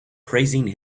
praising